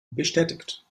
bestätigt